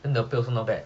then the pay also not bad